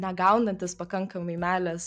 negaunantis pakankamai meilės